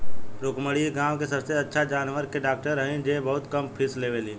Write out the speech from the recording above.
रुक्मिणी इ गाँव के सबसे अच्छा जानवर के डॉक्टर हई जे बहुत कम फीस लेवेली